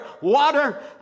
water